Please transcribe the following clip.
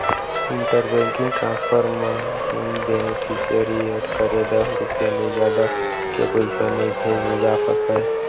inter banking transfer म बिन beneficiary add करे दस रूपिया ले जादा के पइसा नइ भेजे जा सकय